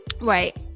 Right